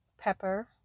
pepper